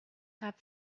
have